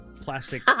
plastic